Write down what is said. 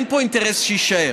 אין פה אינטרס שיישאר,